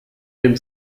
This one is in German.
dem